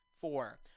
Four